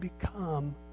become